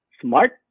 smart